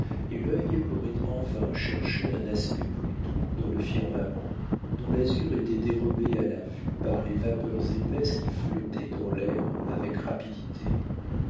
et l'œil aurait en vain cherché un aspect plus doux dans le firmament dont l'azur était dérobé à la vue par les vapeurs épaisses qui flottaient dans l'air avec rapidité